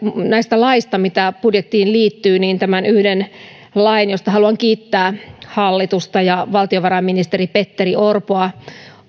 näistä laeista mitä budjettiin liittyy tämän yhden lain josta haluan kiittää hallitusta ja valtiovarainministeri petteri orpoa